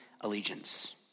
allegiance